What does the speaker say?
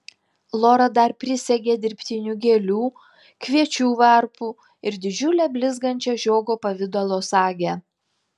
lora dar prisegė dirbtinių gėlių kviečių varpų ir didžiulę blizgančią žiogo pavidalo sagę